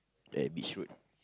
at Beach Road